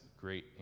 great